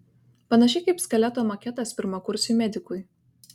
panašiai kaip skeleto maketas pirmakursiui medikui